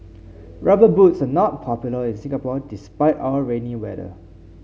rubber boots are not popular in Singapore despite our rainy weather